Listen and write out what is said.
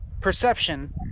perception